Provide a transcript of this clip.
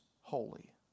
holy